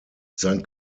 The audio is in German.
sein